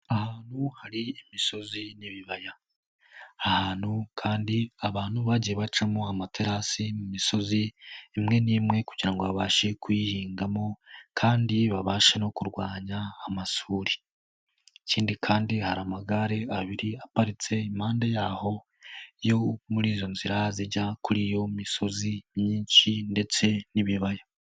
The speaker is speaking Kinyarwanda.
Ahantu hari imisozi n'ibibaya, aha hantu kandi abantu bagiye bacamo amaterasi mu misozi imwe n'imwe kugira ngo babashe kuyihingamo kandi babashe no kurwanya amasuri, ikindi kandi hari amagare abiri aparitse impande yaho yo muri izo nzira zijya kuri iyo misozi myinshi ndetse n'ibibaya.